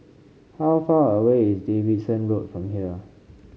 how far away is Davidson Road from here